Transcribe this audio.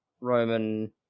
Roman